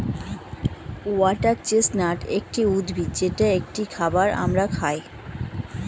water chestnut একটি উদ্ভিদ যেটা একটি খাবার আমরা খাই